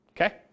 Okay